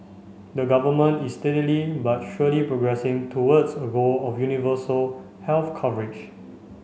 the government is steadily but surely progressing towards a goal of universal health coverage